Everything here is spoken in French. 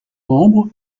membre